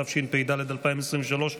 התשפ"ד 2023,